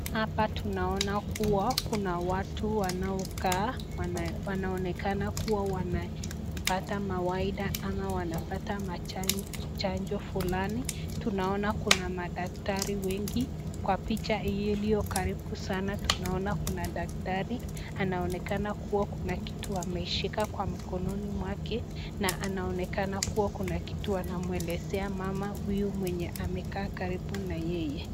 Hapa tunaona kuwa kuna watu wanaokaa, wanaonekana kuwa wanapata mawaidha ama wanapata chanjo fulani, tunaona kuna madaktari wengi, kwa picha hii iliokaribu sana tunaona kuna daktari anaonekana kuwa kuna kitu ameshika kwa mikononi mwake na anaoneka kuwa kuna kitu anamwelezea mama huyu amekaa karibu na yeye.